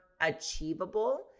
achievable